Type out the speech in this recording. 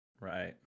Right